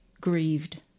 grieved